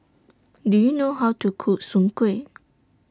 Do YOU know How to Cook Soon Kway